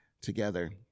together